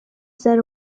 said